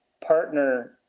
partner